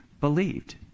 believed